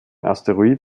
asteroid